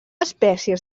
espècies